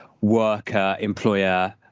worker-employer